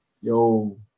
Yo